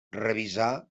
revisar